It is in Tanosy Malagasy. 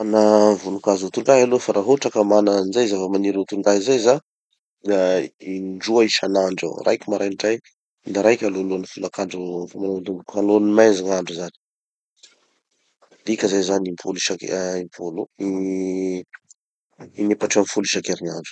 Tsy mana vonin-kazo ho tondrahy aloha fa raha ohatra ka mana anizay zava-maniry ho tondrahy zay zaho, da indroa isanandro eo. Raiky maraindray, da raiky alohalohan'ny folakandro fa manombotomboky ho alohan'ny mainzy gn'andro zany. Midika zay zany impolo isank- ah impolo! in- inepatry amby folo isankerinandro.